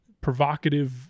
provocative